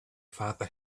father